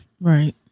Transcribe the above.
Right